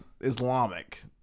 Islamic